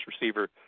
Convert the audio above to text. receiver